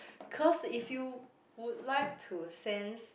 cause if you would like to sense